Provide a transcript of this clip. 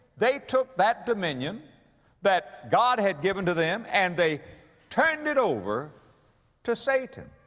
they took that dominion that god had given to them and they turned it over to satan.